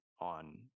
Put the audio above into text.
on